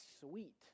sweet